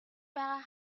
байгаа